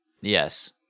Yes